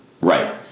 Right